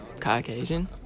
Caucasian